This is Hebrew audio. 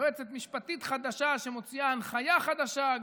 יועצת משפטית חדשה שמוציאה הנחיה חדשה.